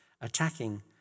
attacking